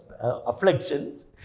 afflictions